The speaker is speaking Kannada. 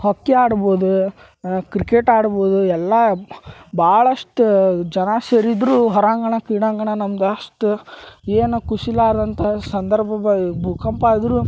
ಹಾಕಿ ಆಡ್ಬೋದು ಕ್ರಿಕೆಟ್ ಆಡ್ಬೋದು ಎಲ್ಲಾ ಭಾಳಷ್ಟ್ ಜನ ಸೇರಿದ್ರೂ ಹೊರಾಂಗಣ ಕ್ರೀಡಾಂಗಣ ನಮ್ದು ಅಷ್ಟು ಏನು ಖುಷಿಲಾರ್ದಂಥ ಸಂದರ್ಭ ಭೂಕಂಪ ಆದರೂ